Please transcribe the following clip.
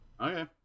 okay